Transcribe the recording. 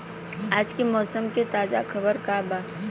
आज के मौसम के ताजा खबर का बा?